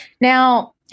Now